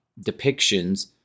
depictions